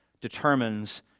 determines